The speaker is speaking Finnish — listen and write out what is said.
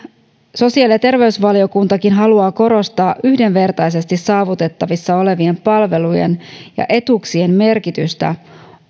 sosiaali ja terveysvaliokuntakin haluaa erityisesti korostaa yhdenvertaisesti saavutettavissa olevien palvelujen ja etuuksien merkitystä